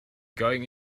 going